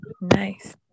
Nice